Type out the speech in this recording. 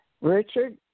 Richard